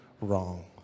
wrong